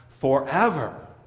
forever